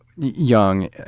Young